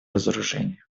разоружения